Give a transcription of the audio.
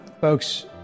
folks